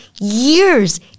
years